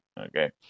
okay